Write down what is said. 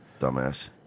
Dumbass